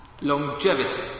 Longevity